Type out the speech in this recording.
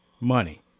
money